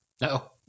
no